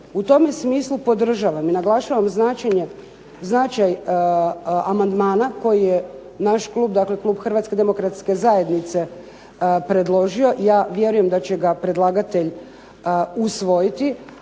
U tome smislu podržavam i naglašavam značaj amandmana koji je naš klub, dakle klub Hrvatske demokratske zajednice predložio, ja vjerujem da će ga predlagatelj usvojiti,